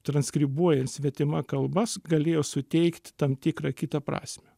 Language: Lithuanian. transkribuojant svetima kalba galėjo suteikti tam tikrą kitą prasmę